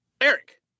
eric